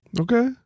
Okay